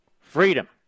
freedom